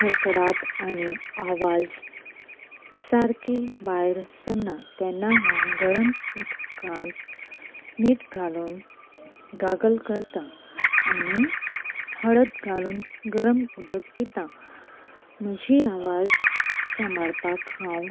खरखरता आनी आवाज सारकी भायर सरना तेन्ना हांव गरम उदकांत मीठ घालून गागल करतां आनी हळद घालून गरम उदक पिता म्हजी आवाज सांबाळपाक हांव